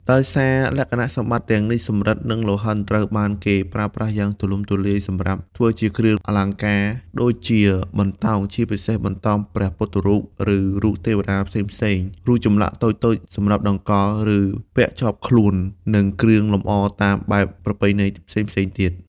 ដោយសារលក្ខណៈសម្បត្តិទាំងនេះ សំរឹទ្ធ និងលង្ហិនត្រូវបានគេប្រើប្រាស់យ៉ាងទូលំទូលាយសម្រាប់ធ្វើជាគ្រឿងអលង្ការ ដូចជា បន្តោង (ជាពិសេសបន្តោងព្រះពុទ្ធរូប ឬរូបទេវតាផ្សេងៗ) រូបចម្លាក់តូចៗសម្រាប់តម្កល់ ឬពាក់ជាប់ខ្លួន និងគ្រឿងលម្អតាមបែបប្រពៃណីផ្សេងៗទៀត។